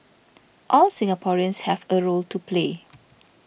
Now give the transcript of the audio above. all Singaporeans have a role to play